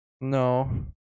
No